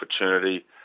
opportunity